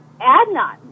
Adnan